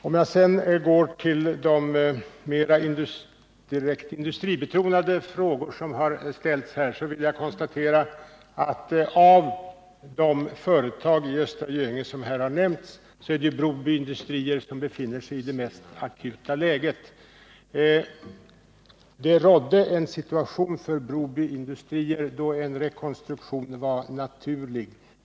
Om jag sedan går till de mera direkt industribetonade frågor som har ställts här, så vill jag konstatera att av de företag i Östra Göinge som har nämnts är det Broby Industrier som befinner sig i det mest akuta läget. Det rådde en situation för Broby Industrier där en rekonstruktion var naturlig.